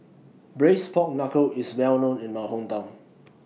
Braised Pork Knuckle IS Well known in My Hometown